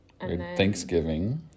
Thanksgiving